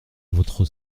votre